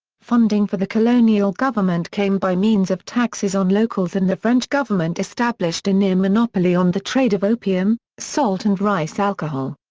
funding for the colonial government came by means of taxes on locals and the french government established a near monopoly on the trade of opium, salt and rice alcohol.